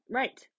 right